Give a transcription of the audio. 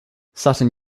sutton